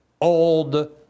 old